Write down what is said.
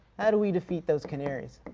how do we defeat those canaries?